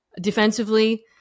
defensively